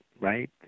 right